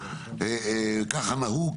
ככה נהוג,